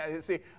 See